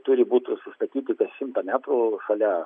turi būtų sustatyti kas šimtą metrų šalia